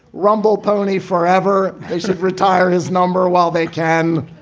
rumble pony forever. they should retire his number while they can.